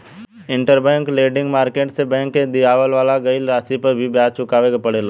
interbank lending market से bank के दिअवावल गईल राशि पर भी ब्याज चुकावे के पड़ेला